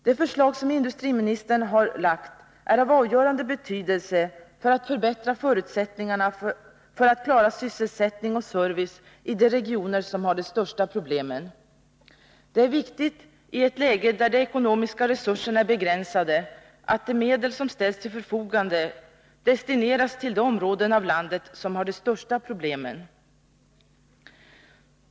Det förslag som industriministern har lagt fram är av avgörande betydelse för att förbättra förutsättningarna för att klara sysselsättning och service i de regioner som har de största problemen. Det är viktigt, i ett läge där de ekonomiska resurserna är begränsade, att de medel som ställs till förfogande destineras till de områden av landet som har de största problemen.